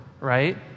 right